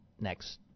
next